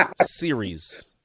series